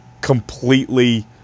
completely